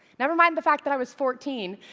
never mind the fact that i was fourteen.